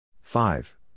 Five